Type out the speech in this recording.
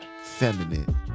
feminine